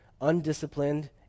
undisciplined